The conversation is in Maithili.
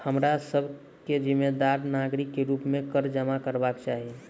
हमरा सभ के जिम्मेदार नागरिक के रूप में कर जमा करबाक चाही